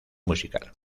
musical